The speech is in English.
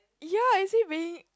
yes it has been